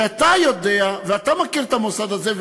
ואתה יודע ואתה מכיר את המוסד הזה,